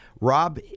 Rob